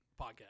podcast